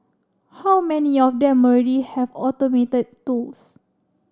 how many of them already have automated tools